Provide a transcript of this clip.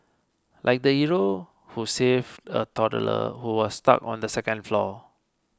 like the hero who saved a toddler who was stuck on the second floor